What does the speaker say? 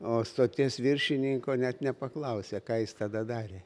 o stoties viršininko net nepaklausia ką jis tada darė